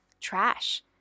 trash